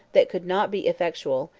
that could not be effectual,